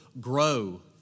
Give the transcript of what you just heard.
grow